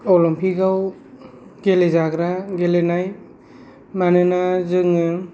अलिम्पिकाव गेलेजाग्रा गेलेनाय मानोना जोङो